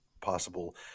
possible